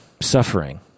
suffering